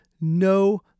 no